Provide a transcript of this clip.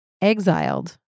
exiled